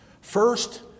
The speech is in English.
First